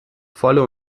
volle